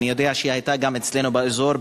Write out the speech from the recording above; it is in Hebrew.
אני יודע שהיא גם היתה אצלנו באזור,